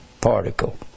particle